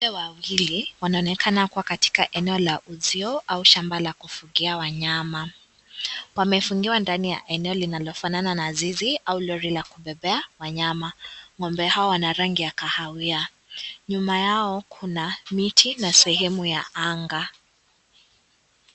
Ng'ombe wawili wanaonekana kuwa katika eneo la uzio au shamba la kufugia wanyama, pamefungiwa ndani ya eneo linalo fanana na zizi au lori la kubebea wanyama, ng'ombe hao wana rangi ya kahawia nyuma yao kuna miti na sehemu ya anga.